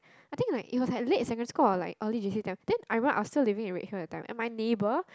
I think like it was like late secondary school or like early J_C time then I remember I was still living in Redhill that time and my neighbour